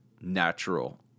natural